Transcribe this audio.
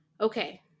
Okay